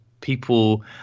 people